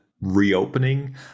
reopening